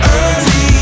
early